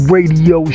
Radio